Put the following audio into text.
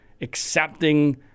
accepting